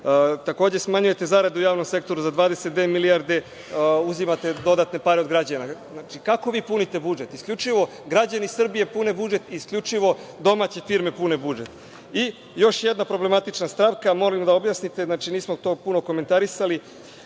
Takođe, smanjujete zarade u javnom sektoru za 22 milijarde, uzimate dodatne pare od građana. Kako vi punite budžet? Isključivo, građani Srbije pune budžet, isključivo domaće firme pune budžet. Još jedna problematična stavka, molim da objasnite, nismo to puno komentarisali.